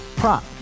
Prop